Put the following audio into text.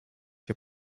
się